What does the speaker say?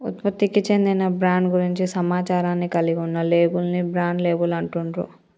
ఉత్పత్తికి చెందిన బ్రాండ్ గురించి సమాచారాన్ని కలిగి ఉన్న లేబుల్ ని బ్రాండ్ లేబుల్ అంటుండ్రు